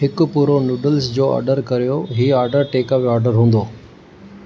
हिकु पूरो नूडल्स जो ऑडर करियो हीअ ऑडर टेकअवे ऑडर हूंदो